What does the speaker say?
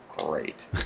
great